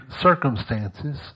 circumstances